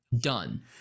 done